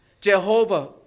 Jehovah